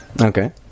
Okay